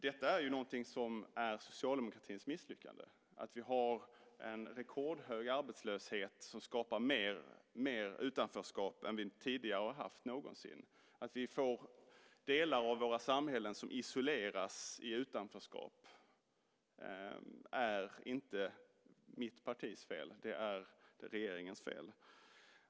Det är ju socialdemokratins misslyckande att vi har en rekordhög arbetslöshet, vilket skapat mer utanförskap än vi någonsin tidigare haft. Att delar av våra samhällen isoleras i utanförskap är inte mitt partis fel. Det är regeringens fel.